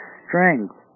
strength